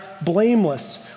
blameless